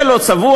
זה לא צבוע?